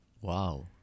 Wow